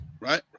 Right